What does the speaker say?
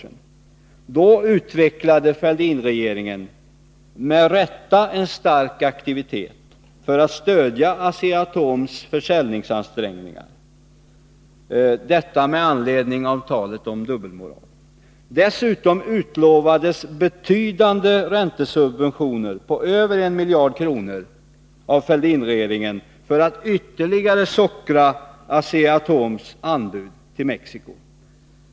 Då utvecklade Fälldinregeringen — med rätta — en stor aktivitet för att stödja Asea-Atoms försäljningsansträngningar. Dessutom utlovades av Fälldinregeringen betydande räntesubventioner på över 1 miljard kronor för att ytterligare sockra Asea-Atoms anbud till Mexico.